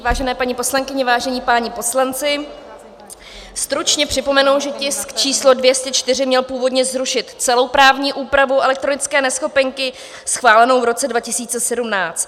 Vážené paní poslankyně, vážení páni poslanci, stručně připomenu, že tisk číslo 204 měl původně zrušit celou právní úpravu elektronické neschopenky schválenou v roce 2017.